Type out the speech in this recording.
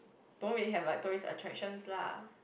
don't really have like tourist attractions lah